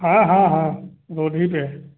हाँ हाँ हाँ बॉर्डर ही पर है